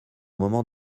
moment